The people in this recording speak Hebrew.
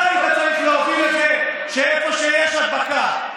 אתה היית צריך להוביל לזה שאיפה שיש הדבקה,